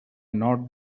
not